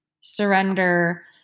Surrender